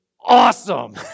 awesome